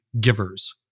givers